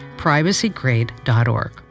privacygrade.org